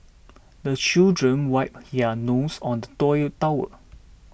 the children wipe their noses on the towel